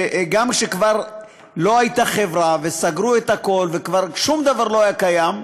גם כשכבר לא הייתה חברה וסגרו את הכול וכבר שום דבר לא היה קיים,